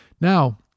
Now